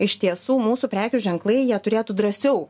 iš tiesų mūsų prekių ženklai jie turėtų drąsiau